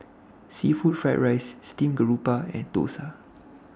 Seafood Fried Rice Steamed Garoupa and Dosa